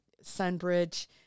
Sunbridge